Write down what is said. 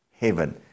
heaven